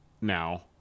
now